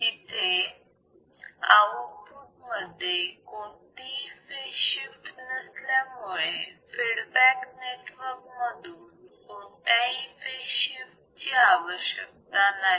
इथे आउटपुट मध्ये कोणतीही फेज शिफ्ट नसल्यामुळे फीडबॅक नेटवर्क मधून कोणत्याही फेज शिफ्ट ची आवश्यकता नाही